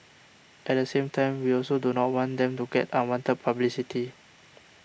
at the same time we also do not want them to get unwanted publicity